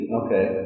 okay